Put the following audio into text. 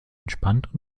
entspannt